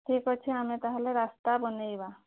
ଠିକ୍ ଅଛି ଆମେ ତା'ହେଲେ ରାସ୍ତା ବନାଇବା